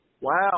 Wow